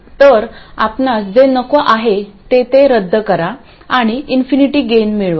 तर आपणास जे नको आहे ते ते रद्द करा आणि इन्फिनिटी गेन मिळवा